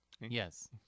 Yes